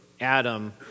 Adam